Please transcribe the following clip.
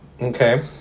Okay